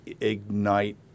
ignite